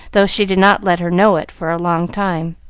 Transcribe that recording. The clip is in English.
though she did not let her know it for a long time.